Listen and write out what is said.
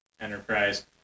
Enterprise